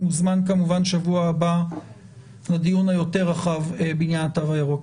אתה כמובן תוזמן לדיון היותר רחב שיתקיים בשבוע הבא בעניין התו הירוק.